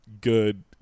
good